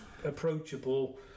approachable